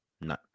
No